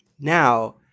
Now